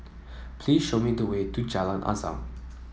please show me the way to Jalan Azam